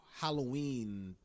Halloween